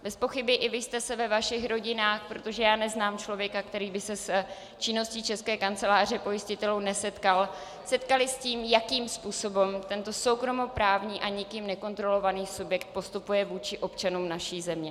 Bezpochyby i vy jste se ve vašich rodinách, protože neznám člověka, který by se s činností České kanceláře pojistitelů nesetkal, setkali s tím, jakým způsobem tento soukromoprávní a nikým nekontrolovaný subjekt postupuje vůči občanům naší země.